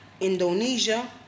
Indonesia